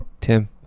Tim